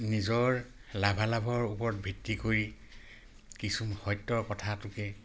নিজৰ লাভালাভৰ ওপৰত ভিত্তি কৰি কিছু সত্যৰ কথাটোকে